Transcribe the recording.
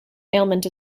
ailment